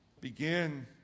begin